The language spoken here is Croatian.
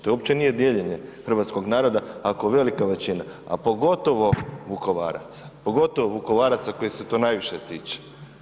To uopće nije dijeljenje hrvatskog naroda, ako velika većina, a pogotovo Vukovaraca, pogotovo Vukovaraca kojih se to najviše tiče.